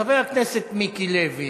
חבר הכנסת מיקי לוי